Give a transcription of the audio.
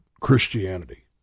Christianity